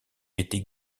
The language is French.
était